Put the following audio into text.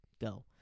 go